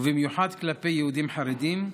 במיוחד כלפי יהודים חרדים,